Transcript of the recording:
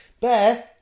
bear